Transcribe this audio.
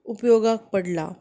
उपयोगाक पडला